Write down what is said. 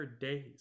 days